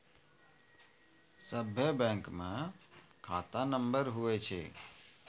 सभे बैंकमे खाता नम्बर हुवै छै